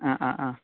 आ आ आ